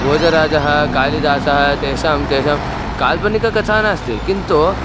भोजराजः कालिदासः तेषां तेषां काल्पनिककथा नास्ति किन्तु